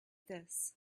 this